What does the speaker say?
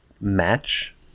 match